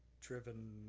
driven